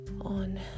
on